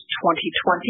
2020